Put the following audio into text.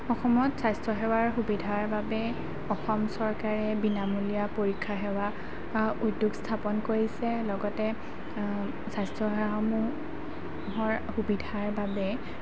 অসমত স্বাস্থ্যসেৱাৰ সুবিধাৰ বাবে অসম চৰকাৰে বিনামূলীয়া পৰীক্ষা সেৱা উদ্যোগ স্থাপন কৰিছে লগতে স্বাস্থ্যসেৱাসমূহৰ সুবিধাৰ বাবে